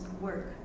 work